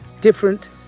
different